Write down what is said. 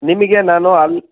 ನಿಮಗೆ ನಾನು ಅಲ್ಲಿ